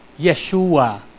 Yeshua